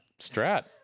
strat